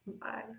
Bye